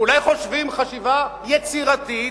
אולי חושבים חשיבה יצירתית,